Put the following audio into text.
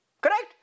Correct